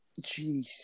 Jeez